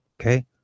okay